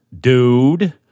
dude